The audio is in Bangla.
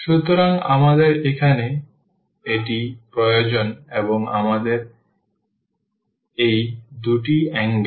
সুতরাং আমাদের এখানে এটি প্রয়োজন এবং আমাদের এটি প্রয়োজন তাই এই দুটি অ্যাঙ্গেল